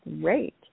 great